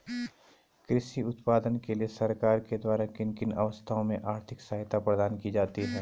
कृषि उत्पादन के लिए सरकार के द्वारा किन किन अवस्थाओं में आर्थिक सहायता प्रदान की जाती है?